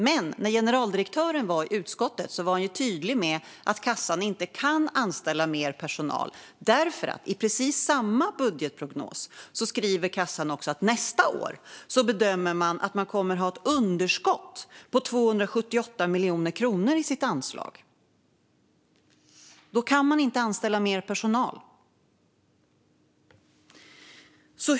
Men generaldirektören var i utskottet tydlig med att kassan inte kan anställa mer personal därför att kassan i precis samma budgetprognos också skriver att man bedömer att man nästa år kommer att ha ett underskott på 278 miljoner kronor i sitt anslag. Då kan man inte anställa mer personal.